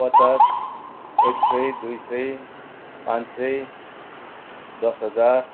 पचास एक सय दुई सय पाँच सय दस हजार